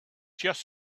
just